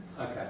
Okay